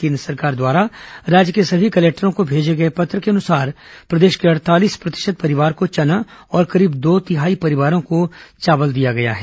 केन्द्र सरकार द्वारा राज्य के सभी कलेक्टरों को भेजे गए पत्र के अनुसार प्रदेश के अड़तालीस प्रतिशत परिवार को चना और करीब दो तिहाई परिवारों को चावल दिया गया है